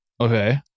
Okay